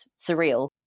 surreal